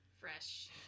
fresh